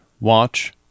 watch